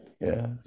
Yes